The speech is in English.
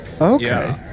Okay